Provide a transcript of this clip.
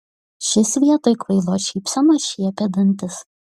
šis vietoj kvailos šypsenos šiepė dantis